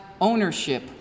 ownership